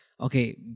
Okay